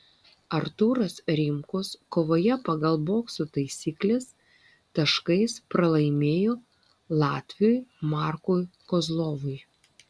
artūras rimkus kovoje pagal bokso taisykles taškais pralaimėjo latviui markui kozlovui